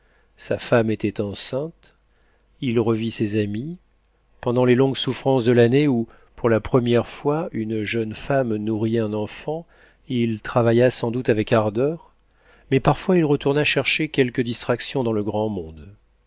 sa femme était enceinte il revit ses amis pendant les longues souffrances de l'année où pour la première fois une jeune femme nourrit un enfant il travailla sans doute avec ardeur mais parfois il retourna chercher quelques distractions dans le grand monde